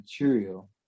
material